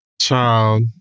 Child